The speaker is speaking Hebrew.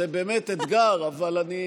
אנא, להיות בשקט.